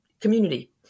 community